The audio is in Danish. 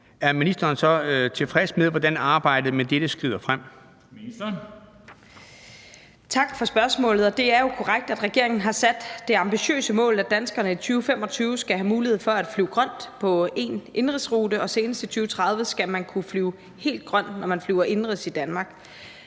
Ministeren. Kl. 14:20 Transportministeren (Trine Bramsen): Tak for spørgsmålet. Det er jo korrekt, at regeringen har sat det ambitiøse mål, at danskerne i 2025 skal have mulighed for at flyve grønt på én indenrigsrute, og senest i 2030 skal man kunne flyve helt grønt, når man flyver indenrigs i Danmark.